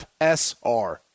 FSR